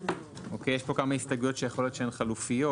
יש פה כמה הסתייגויות שיכול להיות חלופיות.